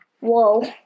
Whoa